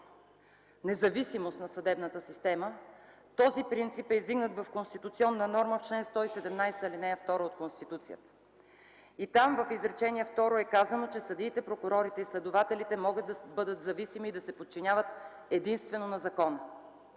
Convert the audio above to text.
независимост на съдебната система този принцип е издигнат в конституционна норма в чл. 117, ал. 2 от Конституцията. Там в изречение второ е казано, че съдиите, прокурорите и следователите могат да бъдат зависими и да се подчиняват единствено на закона.